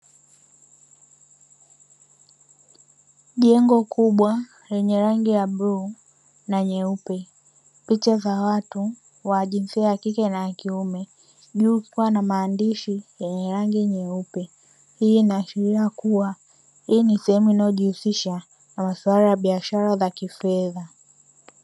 Jengo kukiwa lenye rangi ya bluu na nyeupe, picha za watu wa jinsia ya kike na ya kiume juu kukiwa na maandishi yenye rangi nyeupe, hii inaashiria kuwa hii ni sehemu inayojihusisha na maswala ya biashara za kifedha.